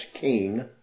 king